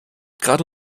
gerade